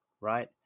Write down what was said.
Right